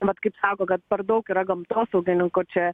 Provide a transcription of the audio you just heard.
vat kaip sako kad per daug yra gamtosaugininkų čia